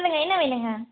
சொல்லுங்கள் என்ன வேணுங்க